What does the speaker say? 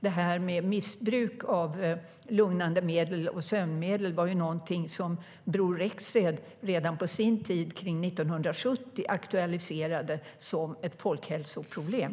Det här med missbruk av lugnande medel och sömnmedel var någonting som redan Bror Rexed på sin tid runt 1970 aktualiserade som ett folkhälsoproblem.